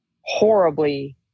horribly